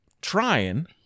trying